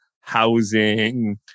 housing